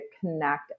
connect